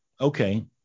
okay